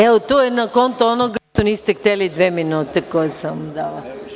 Evo, to je na konto onoga što niste hteli dve minute koje sam vam dala.